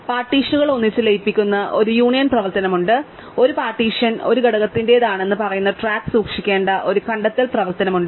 പാർട്ടീഷനുകൾ ഒന്നിച്ച് ലയിപ്പിക്കുന്ന ഒരു യൂണിയൻ പ്രവർത്തനം ഉണ്ട് ഒരു പാർട്ടീഷൻ ഒരു ഘടകത്തിന്റേതാണെന്ന് പറയുന്ന ട്രാക്ക് സൂക്ഷിക്കേണ്ട ഒരു കണ്ടെത്തൽ പ്രവർത്തനം ഉണ്ട്